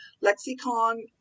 Lexicon